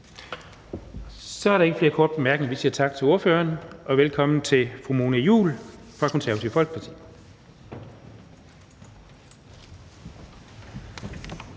Så er der ikke flere korte bemærkninger. Vi siger tak til ordføreren og velkommen til fru Mona Juul fra Det Konservative Folkeparti.